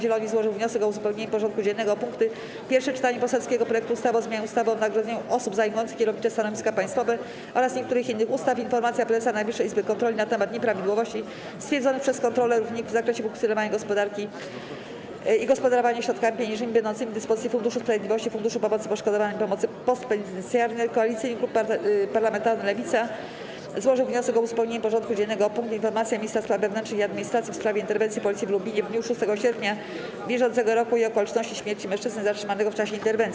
Zieloni złożył wnioski o uzupełnienie porządku dziennego o punkty: - Pierwsze czytanie poselskiego projektu ustawy o zmianie ustawy o wynagrodzeniu osób zajmujących kierownicze stanowiska państwowe oraz niektórych innych ustaw, - Informacja Prezesa Najwyższej Izby Kontroli na temat nieprawidłowości stwierdzonych przez kontrolerów NIK w zakresie funkcjonowania i gospodarowania środkami pieniężnymi będącymi w dyspozycji Funduszu Sprawiedliwości - Funduszu Pomocy Poszkodowanym i Pomocy Postpenitencjarnej; - Koalicyjny Klub Parlamentarny Lewicy (Nowa Lewica, PPS, Razem) złożył wniosek o uzupełnienie porządku dziennego o punkt: - Informacja Ministra Spraw Wewnętrznych i Administracji w sprawie interwencji Policji w Lubinie w dniu 6 sierpnia br. i okoliczności śmierci mężczyzny zatrzymanego w czasie interwencji.